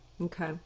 Okay